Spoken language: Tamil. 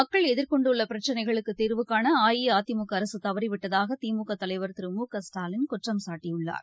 மக்கள் எதிர்கொண்டுள்ளபிரச்சினைகளுக்குதீர்வுகாண அஇஅதிமுக அரசுதவறிவிட்டதாக திமுகதலைவர் திருமுகஸ்டாலின் குற்றம் சாட்டியுள்ளார்